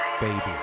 Baby